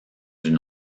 une